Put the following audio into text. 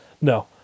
No